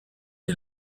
est